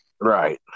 Right